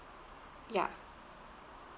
ya